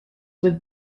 with